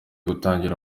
gutangira